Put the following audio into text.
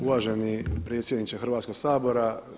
Uvaženi predsjedniče Hrvatskog sabora.